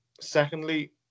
Secondly